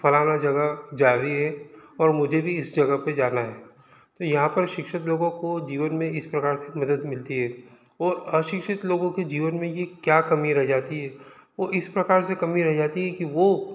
फलाना जगह जा रही है और मुझे भी इस जगह पे जाना है तो यहाँ पर शिक्षित लोगों को जीवन में इस प्रकार से मदद मिलती है और अशिक्षित लोगों के जीवन में ये क्या कमी रह जाती है वो इस प्रकार से कमी रह जाती है कि वो